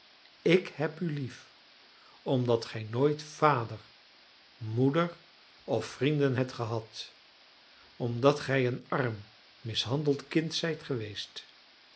ik heb u lief omdat gij nooit vader moeder of vrienden hebt gehad omdat gij een arm mishandeld kind zijt geweest